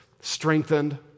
strengthened